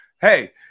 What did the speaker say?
Hey